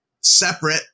separate